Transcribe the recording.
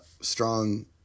strong